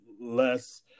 less